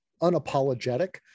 unapologetic